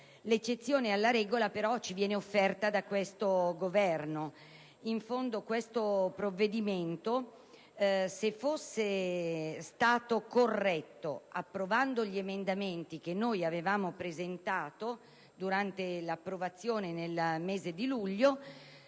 L'eccezione alla regola, però, ci viene offerta da questo Governo. In fondo, se questo provvedimento fosse stato corretto approvando gli emendamenti che noi avevamo presentato durante la sua conversione in legge nel mese di luglio,